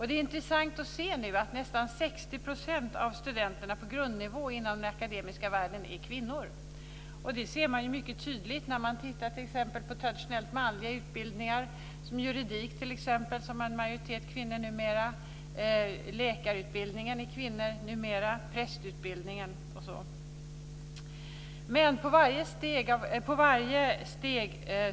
Det är intressant att se att nu nästan 60 % av studenterna på grundnivå i den akademiska världen är kvinnor. Man ser det mycket tydligt när man tittar på traditionellt manliga utbildningar som t.ex. juridik, som numera har en majoritet av kvinnor. Läkarutbildningen, prästutbildningen m.fl. har numera kvinnlig majoritet.